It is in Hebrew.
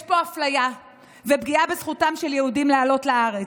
יש פה אפליה ופגיעה בזכותם של יהודים לעלות לארץ.